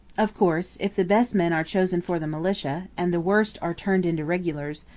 of course, if the best men are chosen for the militia, and the worst are turned into regulars,